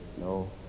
No